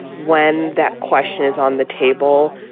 when that question is on the table,